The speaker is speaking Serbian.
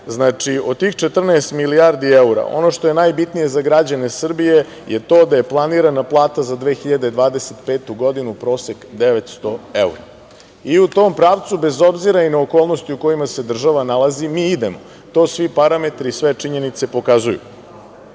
stigao. Znači, od tih 14 milijardi evra ono što je najbitnije za građane Srbije je to da je planirana plata za 2025. godinu prosek 900 evra. I u tom pravcu, bez obzira i na okolnosti u kojima se država nalazi, mi idemo, to svi parametri i sve činjenice pokazuju.Za